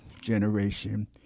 generation